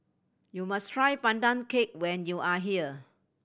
you must try Pandan Cake when you are here